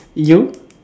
you